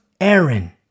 Aaron